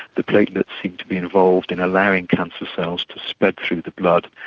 the platelets seem to be involved in allowing cancer cells to spread through the blood,